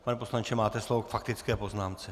Pane poslanče, máte slovo k faktické poznámce.